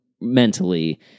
mentally